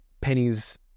pennies